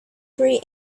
three